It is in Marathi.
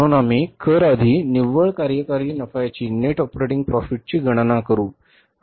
म्हणून आम्ही कर आधी निव्वळ कार्यकारी नफ्याची गणना करू